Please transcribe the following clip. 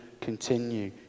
continue